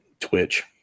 Twitch